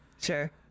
Sure